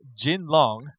Jinlong